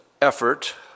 effort